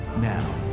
Now